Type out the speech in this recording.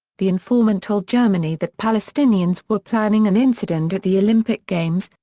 the informant told germany that palestinians were planning an incident at the olympic games,